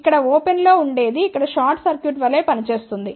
ఇక్కడ ఓపెన్ లో ఉండేది ఇక్కడ షార్ట్ సర్క్యూట్ వలె పని చేస్తుంది